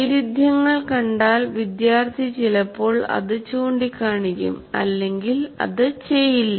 വൈരുദ്ധ്യങ്ങൾ കണ്ടാൽ വിദ്യാർത്ഥി ചിലപ്പോൾ അത് ചൂണ്ടികാണിക്കും അല്ലെങ്കിൽ അത് ചെയ്യില്ല